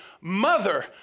mother